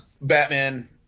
Batman –